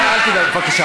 אני, תתביישי לך.